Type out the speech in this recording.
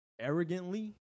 arrogantly